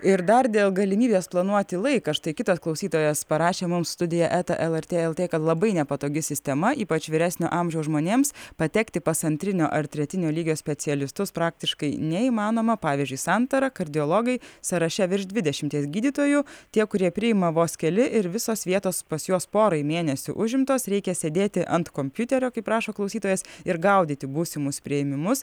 ir dar dėl galimybės planuoti laiką štai kitas klausytojas parašė mums studija eta lrt lt kad labai nepatogi sistema ypač vyresnio amžiaus žmonėms patekti pas antrinio ar tretinio lygio specialistus praktiškai neįmanoma pavyzdžiui santara kardiologai sąraše virš dvidešimties gydytojų tie kurie priima vos keli ir visos vietos pas juos porai mėnesių užimtos reikia sėdėti ant kompiuterio kaip rašo klausytojas ir gaudyti būsimus priėmimus